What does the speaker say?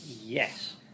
Yes